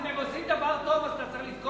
אז אם הם עושים דבר טוב אז אתה צריך לתקוף אותם?